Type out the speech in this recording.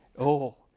oh,